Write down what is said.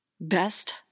Best